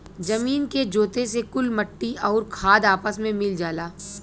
जमीन के जोते से कुल मट्टी आउर खाद आपस मे मिल जाला